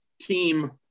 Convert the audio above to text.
team